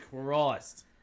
Christ